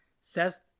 says